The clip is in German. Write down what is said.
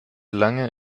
lange